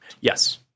Yes